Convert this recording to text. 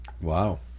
Wow